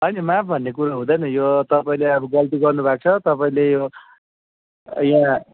होइन माफ भन्ने कुरो हुँदैन यो तपाईँले अब गल्ती गर्नुभएको छ तपाईँले यो यहाँ